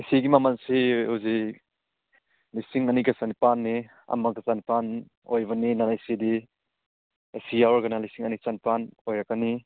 ꯑꯦ ꯁꯤꯒꯤ ꯃꯃꯜꯁꯤ ꯍꯧꯖꯤꯛ ꯂꯤꯁꯤꯡ ꯑꯅꯤꯒ ꯆꯥꯅꯤꯄꯥꯜꯅꯦ ꯑꯃꯒ ꯆꯅꯤꯄꯥꯜ ꯑꯣꯏꯕꯅꯤ ꯅꯟ ꯑꯦ ꯁꯤꯗꯤ ꯑꯦ ꯁꯤ ꯌꯥꯎꯔꯒꯅ ꯂꯤꯁꯤꯡ ꯑꯅꯤ ꯆꯅꯤꯄꯥꯜ ꯑꯣꯏꯔꯛꯀꯅꯤ